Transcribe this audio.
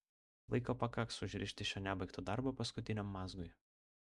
laiko pakaks užrišti šio nebaigto darbo paskutiniam mazgui